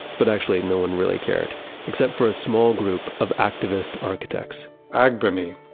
but actually no one really cared except for a small group of activists, architects agbany,